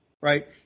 right